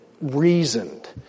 reasoned